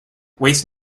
waste